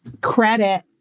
credit